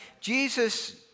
Jesus